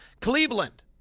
Cleveland